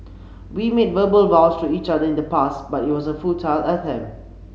we made verbal vows to each other in the past but it was a futile attempt